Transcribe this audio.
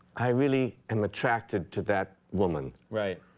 i really am attracted to that woman. right.